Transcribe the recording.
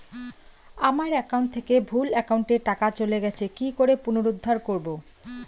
আমার একাউন্ট থেকে ভুল একাউন্টে টাকা চলে গেছে কি করে পুনরুদ্ধার করবো?